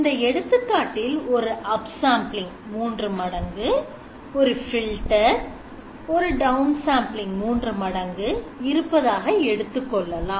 இந்த எடுத்துக்காட்டில் ஒரு upsampling 3 மடங்கு ஒரு filter ஒரு downsampling 3 மடங்கு இருப்பதாக எடுத்துக்கொள்ளலாம்